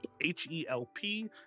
H-E-L-P